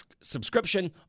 subscription